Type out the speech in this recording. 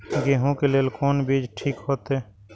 गेहूं के लेल कोन बीज ठीक होते?